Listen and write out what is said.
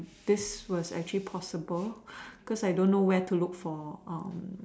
this was actually possible because I don't know where to look for um